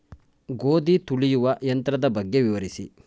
ಗೋಧಿ ತುಳಿಯುವ ಯಂತ್ರದ ಬಗ್ಗೆ ವಿವರಿಸಿ?